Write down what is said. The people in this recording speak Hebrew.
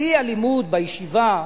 שיא הלימוד בישיבה,